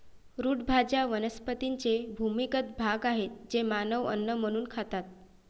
route भाज्या वनस्पतींचे भूमिगत भाग आहेत जे मानव अन्न म्हणून खातात